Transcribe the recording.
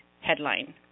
headline